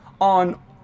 on